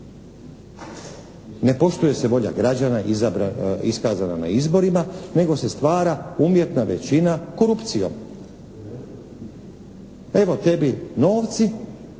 Ne poštuje se volja građana iskazana na izborima nego se stvara umjetna većina korupcijom. Evo tebi novci